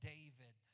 David